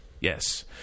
Yes